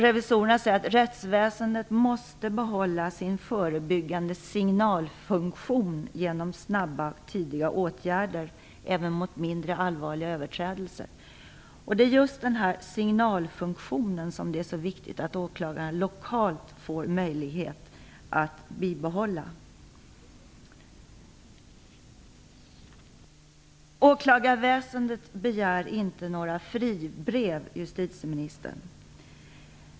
Revisorerna säger att rättsväsendet måste behålla sin förebyggande signalfunktion genom snabba och tidiga åtgärder, även mot mindre allvarliga överträdelser. Det är just signalfunktionen som det är så viktigt att åklagaren lokalt får möjlighet att bibehålla. Åklagarväsendet begär inte några fribrev, justitieministern.